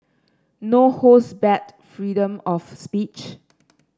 no holds barred freedom of speech